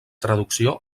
traducció